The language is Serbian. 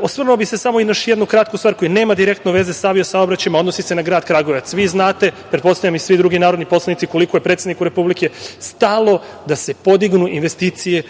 Osvrnuo bih se na još jednu kratku stvar koja nema direktno veze sa avio-saobraćajem, a odnosi se na grad Kragujevac. Vi znate, pretpostavljam i svi drugi narodni poslanici, koliko je predsedniku Republike stalo da se podignu investicije u